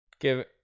Give